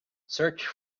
search